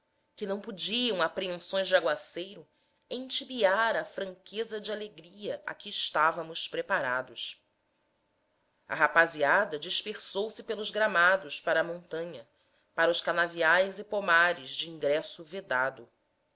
que não podiam apreensões de aguaceiro entibiar a franqueza de alegria a que estávamos preparados a rapaziada dispersou-se pelos gramados para a montanha para os canaviais e pomares de ingresso vedado